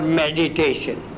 meditation